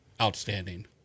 outstanding